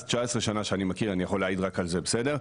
אז 19 שנה שאני מכיר אני יכול להעיד רק על זה בסדר?